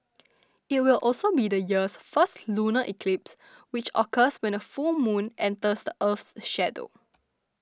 it will also be the year's first lunar eclipse which occurs when a full moon enters the Earth's shadow